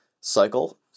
cycle